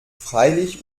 freilich